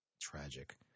Tragic